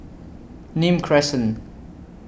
Nim Crescent